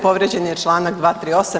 Povrijeđen je članak 238.